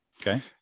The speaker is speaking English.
Okay